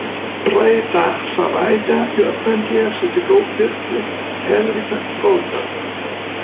praeitą savaitę juodkrantėje sutikau pirklį henriką goldbergą